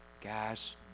Guys